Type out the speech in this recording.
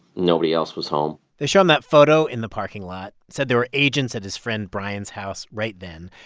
nobody else was home they show him that photo in the parking lot, said there were agents at his friend bryan's house right then.